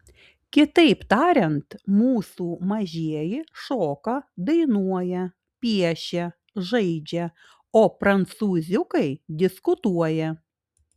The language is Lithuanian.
kitaip tariant mūsų mažieji šoka dainuoja piešia žaidžia o prancūziukai diskutuoja